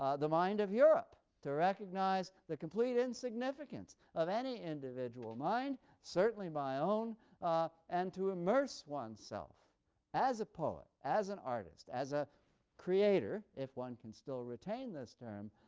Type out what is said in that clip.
ah the mind of europe to recognize the complete insignificance of any individual mind, certainly my own and to immerse oneself as a poet, as an artist, and as a creator, if one can still retain this term,